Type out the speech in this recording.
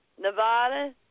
Nevada